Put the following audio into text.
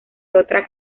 otra